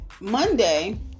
Monday